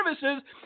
services